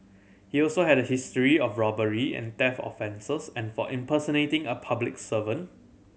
he also had a history of robbery and theft offences and for impersonating a public servant